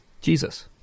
Jesus